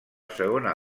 segona